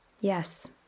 Yes